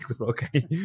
Okay